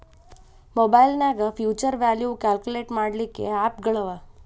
ಮಒಬೈಲ್ನ್ಯಾಗ್ future value calculate ಮಾಡ್ಲಿಕ್ಕೆ app ಗಳವ